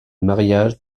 mariage